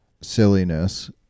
silliness